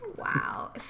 Wow